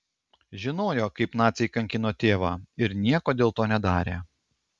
žinojo kaip naciai kankino tėvą ir nieko dėl to nedarė